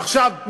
עכשיו,